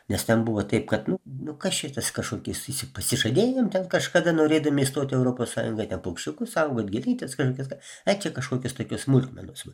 nes ten buvo taip kad nu nu kas čia tas kažkokiais įsi pasižadėjom ten kažkada norėdami įstoti į europos sąjungą ten paukščiukus saugot gėlytes kenkis dar ai čia kažkokios tokios smulkmenos va